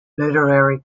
literary